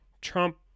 Trump